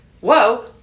Whoa